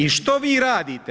I što vi radite?